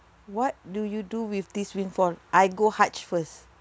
what do you do with this windfall I go hajj first